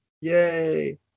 Yay